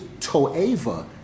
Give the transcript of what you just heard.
Toeva